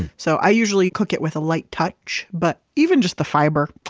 so i usually cook it with a light touch, but even just the fiber,